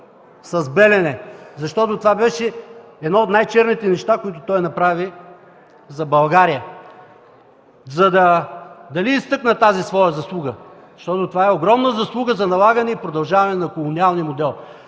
с „Белене”, защото това беше едно от най-черните неща, които той направи за България! Дали изтъкна тази своя заслуга, защото това е огромна заслуга за налагане и продължаване на колониалния модел?